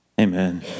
Amen